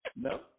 No